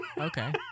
okay